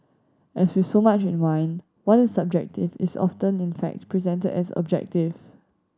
as with so much in wine what is subjective is often in fact presented as objective